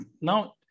now